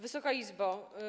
Wysoka Izbo!